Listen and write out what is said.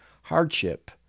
hardship